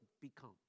become